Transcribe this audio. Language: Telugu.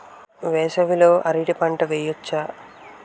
వేసవి లో అరటి పంట వెయ్యొచ్చా?